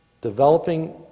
Developing